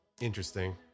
Interesting